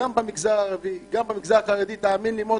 גם במגזר הערבי וגם במגזר החרדי, תאמין לי, מוטי,